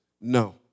no